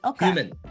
Human